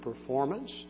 performance